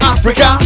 Africa